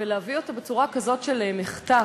ולהביא אותו בכזאת צורה של מחטף